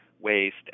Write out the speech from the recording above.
waste